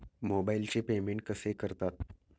मोबाइलचे पेमेंट कसे करतात?